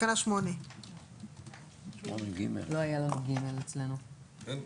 תקנה 8. לא היה לנו (ג) אצלנו בנוסח.